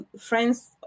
friends